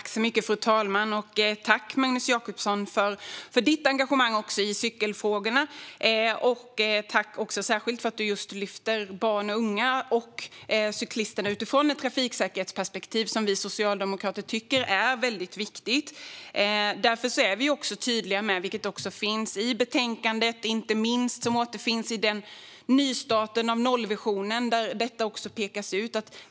Fru talman! Tack, Magnus Jacobsson, för ditt engagemang i cykelfrågorna och för att du särskilt lyfter fram barn och unga och cyklisterna utifrån ett trafiksäkerhetsperspektiv! Vi socialdemokrater tycker att det här är väldigt viktigt, och därför är vi tydliga när det gäller detta. Det finns med i betänkandet, och det återfinns inte minst i nystarten av nollvisionen, där detta pekas ut.